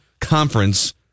conference